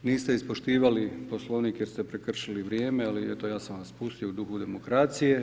Niste ispoštivali Poslovnik jer ste prekršili vrijeme, ali eto, ja sam vas pustio u duhu demokracije.